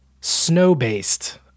snow-based